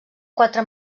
quatre